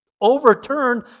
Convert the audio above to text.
overturned